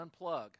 unplug